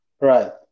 Right